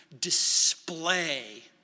display